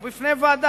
הוא עומד לפני ועדה,